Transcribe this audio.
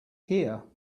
here